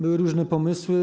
Były różne pomysły.